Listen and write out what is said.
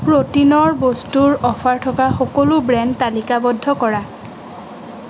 প্ৰটিনৰ বস্তুৰ অফাৰ থকা সকলো ব্ৰেণ্ড তালিকাবদ্ধ কৰা